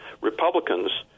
Republicans